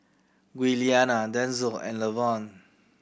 Giuliana Denzell and Lavonne